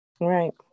Right